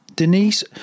Denise